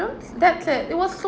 ~ooms that's it it was so